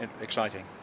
exciting